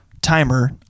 timer